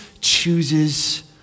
chooses